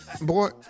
boy